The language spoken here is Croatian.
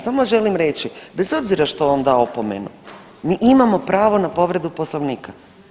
Samo želim reći bez obzira što je on dao opomenu mi imamo pravo na povredu poslovnika.